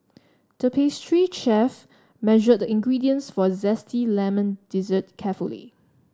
the pastry chef measured the ingredients for a zesty lemon dessert carefully